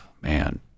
Man